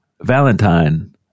Valentine